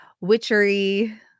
witchery